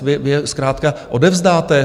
Vy je zkrátka odevzdáte?